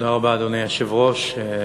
אדוני היושב-ראש,